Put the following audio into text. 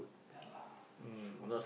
ya lah true ah